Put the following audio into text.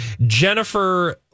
Jennifer